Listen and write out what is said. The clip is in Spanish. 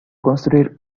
construir